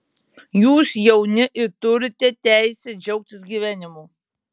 jūs jauni ir turite teisę džiaugtis gyvenimu